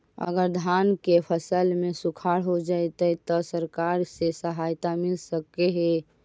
अगर धान के फ़सल में सुखाड़ होजितै त सरकार से सहायता मिल सके हे?